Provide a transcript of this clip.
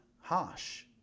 harsh